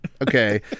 Okay